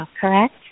correct